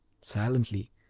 silently,